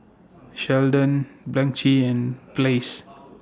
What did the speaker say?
Sheldon Blanchie and Blaise